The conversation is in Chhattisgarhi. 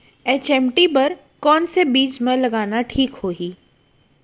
एच.एम.टी बर कौन से बीज मा लगाना ठीक होही?